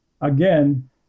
again